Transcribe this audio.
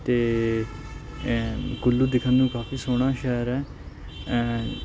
ਅਤੇ ਕੁੱਲੂ ਦਿਖਣ ਨੂੰ ਕਾਫ਼ੀ ਸੋਹਣਾ ਸ਼ਹਿਰ ਹੈ